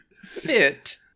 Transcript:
Fit